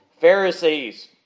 Pharisees